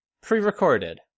pre-recorded